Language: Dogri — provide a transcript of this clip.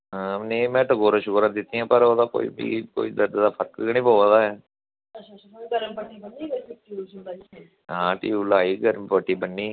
में टगोरां सगोरां दित्तियां पर कोई दर्द दा फर्क गै नी पवा दा ऐ हां टयूब लाई ही गर्म पट्टी ब'न्नी ही